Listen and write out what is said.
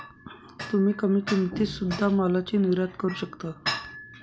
तुम्ही कमी किमतीत सुध्दा मालाची निर्यात करू शकता का